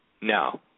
No